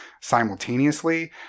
simultaneously